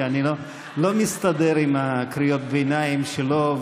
כי אני לא מסתדר עם קריאות הביניים שלו,